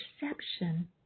perception